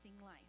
life